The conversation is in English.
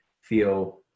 feel